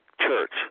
church